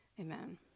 Amen